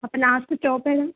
അപ്പോൾ last stop ഏതാണ്